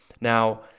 Now